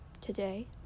Today